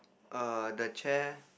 err the chair